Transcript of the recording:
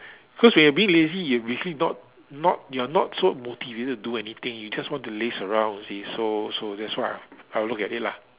cause when you are being lazy you not not you are not so motivated to do anything you just want to laze around you see so so that's what I'll look at it lah